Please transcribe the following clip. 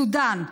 סודן,